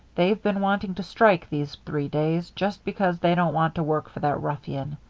they've been wanting to strike these three days, just because they don't want to work for that ruffian.